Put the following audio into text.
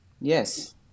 Yes